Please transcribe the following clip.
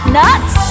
nuts